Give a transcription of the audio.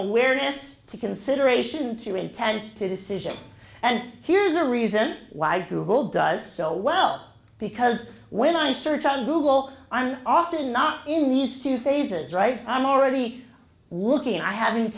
awareness to consideration to intent to decision and here's a reason why google does so well because when i search on google i'm often not in use two phases right i'm already looking i haven't